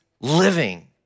living